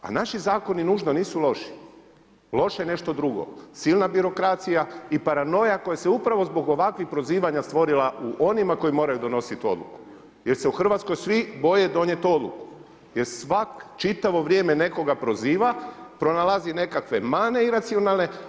A naši zakoni nužno nisu loši, loše je nešto drugo silna birokracija i paranoja koja se upravo zbog ovakvih prozivanja stvorila u onima koji moraju donositi odluku jer se u Hrvatskoj svi boje donijeti odluku jel svak čitavo vrijeme nekoga proziva, pronalazi nekakve mane iracionalne.